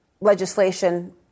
legislation